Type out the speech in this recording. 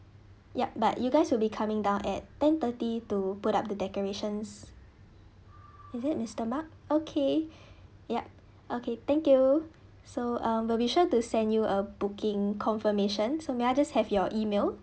ya but you guys will be coming down at ten thirty to put up the decorations is it mister mark okay yup okay thank you so um we'll be sure to send you a booking confirmation so may I just have your email